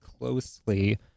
closely